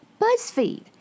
BuzzFeed